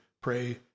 pray